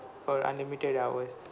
for unlimited hours